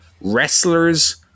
wrestlers